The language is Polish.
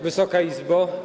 Wysoka Izbo!